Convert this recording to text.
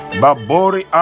babori